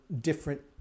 different